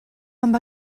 amb